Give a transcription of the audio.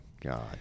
god